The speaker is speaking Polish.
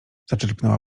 zaczerpnęła